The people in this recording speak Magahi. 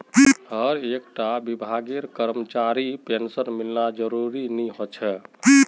हर एक टा विभागेर करमचरीर पेंशन मिलना ज़रूरी नि होछे